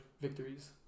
victories